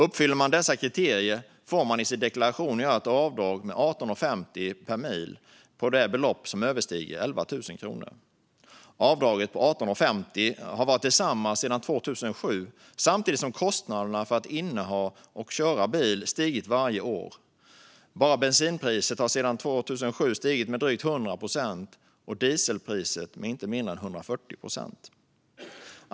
Uppfyller man dessa kriterier får man i sin deklaration göra ett avdrag med 18,50 per mil för det belopp som överstiger 11 000 kronor. Avdraget på 18,50 har varit detsamma sedan 2007 samtidigt som kostnaderna för att inneha och köra bil stigit varje år. Bara bensinpriset har sedan 2007 stigit med drygt 100 procent och dieselpriset med inte mindre än 140 procent.